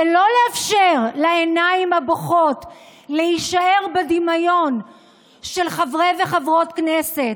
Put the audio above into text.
ולא לאפשר לעיניים הבוכות להישאר בדמיון של חברי וחברות כנסת,